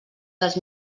dels